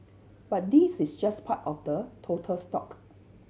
but this is just part of the total stock